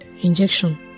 injection